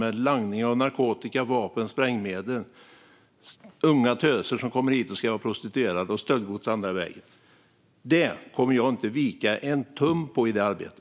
Det är langning av narkotika, vapen och sprängmedel. Unga töser kommer hit och ska vara prostituerade, och stöldgods går andra vägen. Jag kommer inte att vika en tum i detta arbete.